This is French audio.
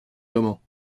comment